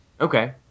Okay